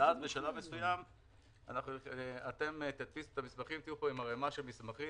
בשלב מסוים אתם תדפיסו את המסמכים ותהיו פה עם ערימה של מסמכים.